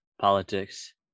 politics